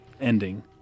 ending